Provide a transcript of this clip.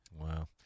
Wow